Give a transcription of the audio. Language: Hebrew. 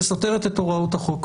שסותרת את הוראות החוק.